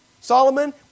Solomon